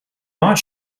not